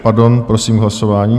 Pardon, prosím k hlasování.